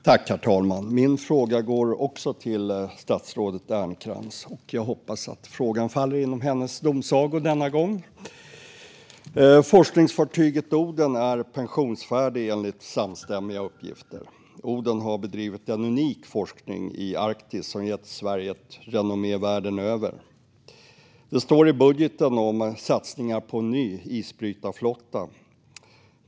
Herr talman! Också min fråga går till statsrådet Ernkrans. Jag hoppas att frågan faller inom hennes domsaga denna gång. Forskningsfartyget Oden är enligt samstämmiga uppgifter pensionsfärdigt. Oden har bedrivit en unik forskning i Arktis som gett Sverige ett renommé världen över. Det står i budgeten om satsningar på en ny isbrytarflotta.